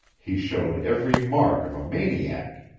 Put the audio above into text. he showed every mark of a maniac.